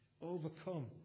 overcome